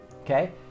okay